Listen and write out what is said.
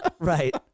Right